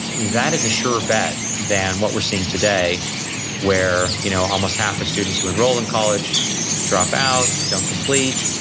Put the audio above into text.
that is a sure bet than what we're seeing today where you know almost half of students who enroll in college drop out, don't complete,